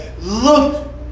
look